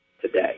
today